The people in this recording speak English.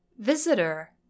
Visitor